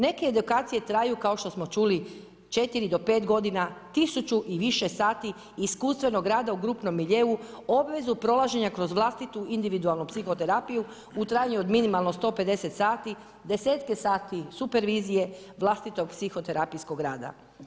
Neke edukacije traju kao što smo čuli 4 do 5 godina tisuću i više sati iskustvenog rada u grupnom miljeu, obvezu prolaženja kroz vlastitu individualnu psihoterapiju u trajanju od minimalno 150 sati, 10-tke sati supervizije vlastitog psihoterapijskog rada.